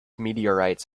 meteorites